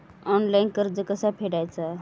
Online कर्ज कसा फेडायचा?